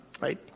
right